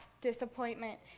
disappointment